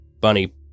Bunny